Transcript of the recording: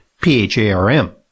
P-H-A-R-M